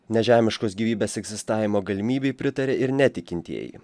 nežemiškos gyvybės egzistavimo galimybei pritarė ir netikintieji